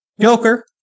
Joker